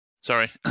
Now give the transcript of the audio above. Sorry